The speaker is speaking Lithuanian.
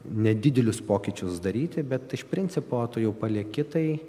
nedidelius pokyčius daryti bet iš principo tu jau palieki tai